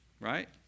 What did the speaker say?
right